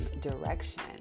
direction